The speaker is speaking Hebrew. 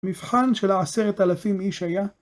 מבחן של עשרת אלפים איש היה